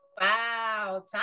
Wow